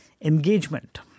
Engagement